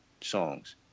songs